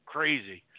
Crazy